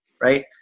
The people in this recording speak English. right